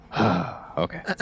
okay